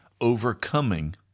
overcoming